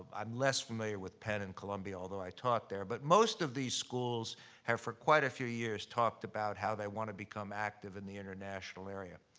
i'm less familiar with penn and columbia, although i taught there. but most of these schools have, for quite a few years, talked about how they wanna become active in the international area.